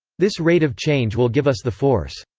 this rate of change will give us the force.